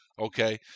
okay